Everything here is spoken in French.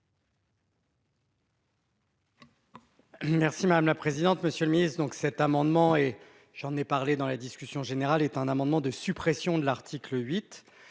Merci madame la présidente. Monsieur le Ministre donc cet amendement et j'en ai parlé dans la discussion générale est un amendement de suppression de l'article 8.